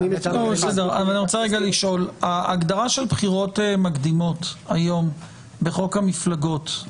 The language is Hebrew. אני רוצה לשאול: ההגדרה של "בחירות מקדימות" היום בחוק המפלגות,